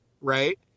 right